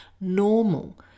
normal